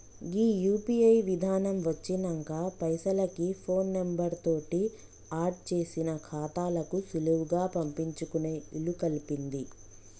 గీ UPI విధానం వచ్చినంక పైసలకి ఫోన్ నెంబర్ తోటి ఆడ్ చేసిన ఖాతాలకు సులువుగా పంపించుకునే ఇలుకల్పింది